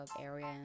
area